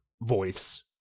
voice